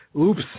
Oops